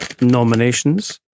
nominations